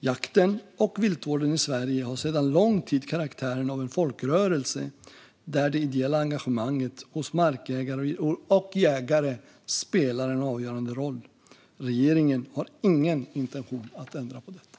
Jakten och viltvården i Sverige har sedan lång tid tillbaka karaktären av en folkrörelse där det ideella engagemanget hos markägare och jägare spelar en avgörande roll. Regeringen har ingen intention att ändra på detta.